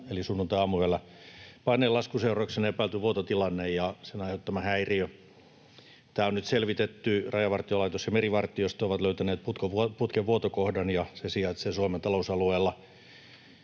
sunnuntaiaamuyöllä, paineenlaskun seurauksena epäilty vuototilanne ja sen aiheuttama häiriö. Tämä on nyt selvitetty: Rajavartiolaitos ja merivartiosto ovat löytäneet putken vuotokohdan, ja se sijaitsee Suomen talousalueella.